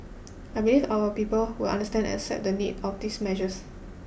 I believe our people will understand and accept the need of these measures